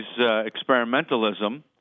experimentalism